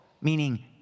meaning